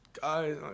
guys